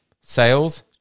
Sales